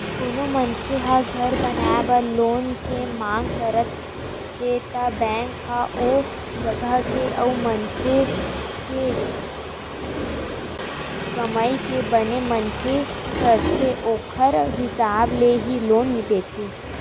कोनो मनखे ह घर बनाए बर लोन के मांग करत हे त बेंक ह ओ जगा के अउ मनखे के कमई के बने परख करथे ओखर हिसाब ले ही लोन देथे